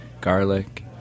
garlic